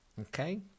Okay